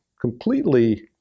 completely